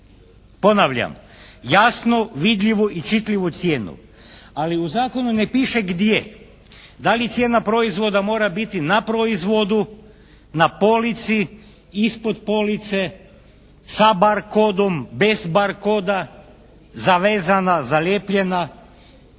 Ponavljam jasno vidljivu i čitljivu cijenu, ali u zakonu ne piše gdje. Da li cijena proizvoda mora biti na proizvodu, na polici, ispod police, sa barkodom, bez barkoda, zavezana, zalijepljena?